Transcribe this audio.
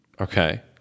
Okay